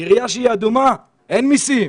עירייה שהיא אדומה, אין מסים.